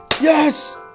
Yes